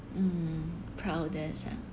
mm proudest ah